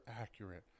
accurate